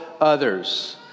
others